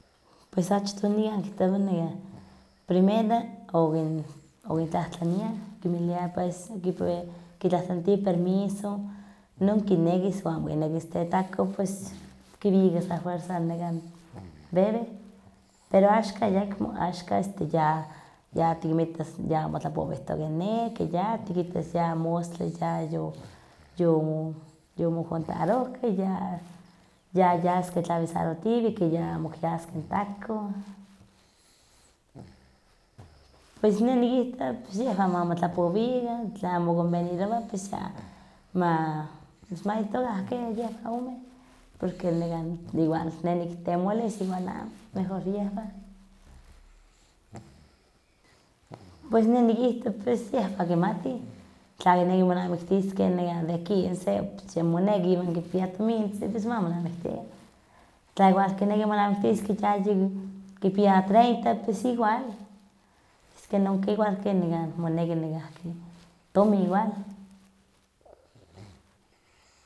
Pues achtoh nikan kihtowah nekah primero okin okintlahtlaniah, kinmilia pues ipa keh kitlahtlanitiweh permiso, inon kinekis o amo kinekis tetakoh pues kiwikas afuerza nekan wewe, pero axkan ayakmo axkan ya yatikinmitas yamotlapowihtokeh ne, ke ya tikitas ya mostla yayo yo yomojuntarohkeh, ya yaskeh tlavisarotiveh ke ya amo okyasi n takoh. Pues neh nikihto pues yehwan ma motlapowikan, tla mo convenirowah pues ya ma pues mayetokan ke yehwan ome, porque nekan igual neh nikitemolis iwan amo, mejor yehwan. Pues neh nikihto pues yehwan kimatih, tla kineki monamiktiskeh nekah de quince, pues yamoneki iwan kipiah tomintzin, pues ma monamiktikan. Tla igual kineki monamiktiskeh kipiah treinta pues igual, es que non ke igual omneki nekahki tomin igual.